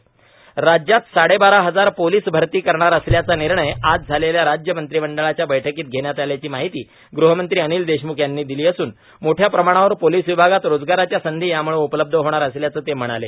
राज्य मंत्रिमंडळ राज्यात साडेबारा हजार पोलीस भर्ती करणार असल्याचं निर्णय आज झालेल्या राज्य मंत्रिमंडळाच्या बैठकीत घेण्यात आल्याची माहिती गृहमंत्री अनिल देशमुख यांनी दिली असून मोठ्या प्रमाणावर पोलीस विभागात रोजगाराच्या संधी यामुळे उपलब्ध होणार असल्याचं ते म्हणाले